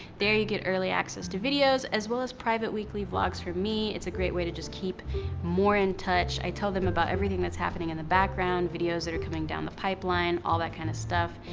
there you get early access to videos as well as private weekly vlogs from me. it's a great way to just keep more in touch. i tell them about everything that's happening in the background, videos that are coming down the pipeline, all that kind of stuff.